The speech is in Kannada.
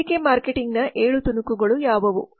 ಪತ್ರಿಕೆ ಮಾರ್ಕೆಟಿಂಗ್ನ 7 ತುಣುಕುಗಳು ಯಾವುವು